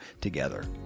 together